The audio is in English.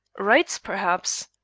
writes, perhaps?